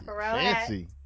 Fancy